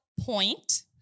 point